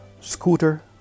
scooter